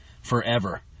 forever